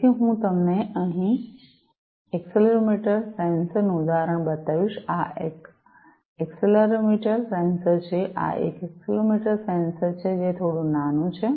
તેથી હું તમને અહીં એક્સેલેરોમીટર સેન્સર નું ઉદાહરણ બતાવીશ આ એક એક્સેલરોમીટર સેન્સર છે આ એક એક્સેલરોમીટર સેન્સર છે જે થોડું નાનું છે